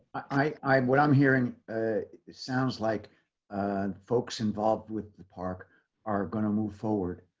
i i'm, what i'm hearing sounds like folks involved with the park are going to move forward.